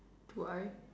to why